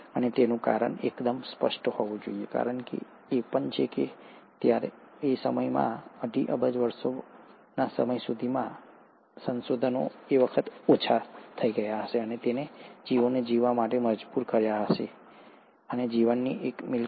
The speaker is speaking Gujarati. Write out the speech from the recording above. અને તેનું કારણ એકદમ સ્પષ્ટ હોવું જોઈએ કારણ એ છે કે આ સમય સુધીમાં અઢી અબજ વર્ષોના સમય સુધીમાં સંસાધનો ઓછા થઈ ગયા હશે તેણે જીવોને જીવવા માટે મજબૂર કર્યા હશે જેમ મેં કહ્યું જીવનની એક મિલકત